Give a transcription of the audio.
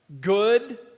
Good